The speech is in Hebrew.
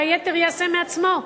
והיתר ייעשה מעצמו.